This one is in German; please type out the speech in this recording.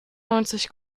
neunzig